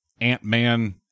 Ant-Man